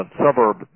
suburb